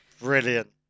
brilliant